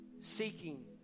seeking